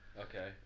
Okay